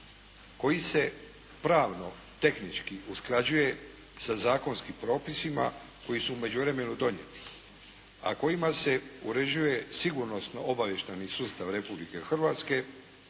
koji se pravno, tehnički usklađuje sa zakonskim propisima koji su u međuvremenu donijeti, a kojima se uređuje sigurnosno-obavještajni sustav Republike Hrvatske,